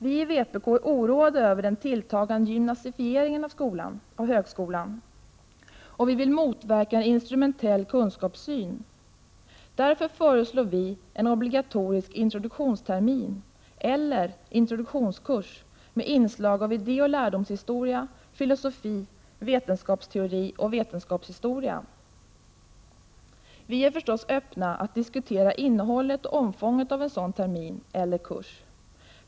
Vii vpk är oroade över den tilltagande gymnasifieringen av högskolan, och vi vill motverka en instrumentell kunskapssyn. Därför föreslår vi en obligatorisk introduktionstermin eller introduktionskurs, med inslag av idé och lärdomshistoria, filosofi, vetenskapsteori och vetenskapshistoria. Vi är öppna för att diskutera innehållet och omfånget av en sådan termin eller kurs.